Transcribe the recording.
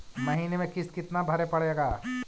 महीने में किस्त कितना भरें पड़ेगा?